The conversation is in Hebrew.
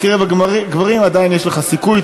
בקרב הגברים עדיין יש לך סיכוי,